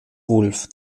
wulf